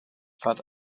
fat